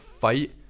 fight